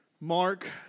Mark